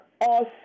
awesome